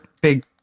big